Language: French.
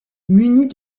munis